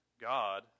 God